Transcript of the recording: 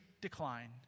decline